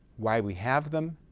why we have them,